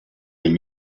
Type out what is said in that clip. est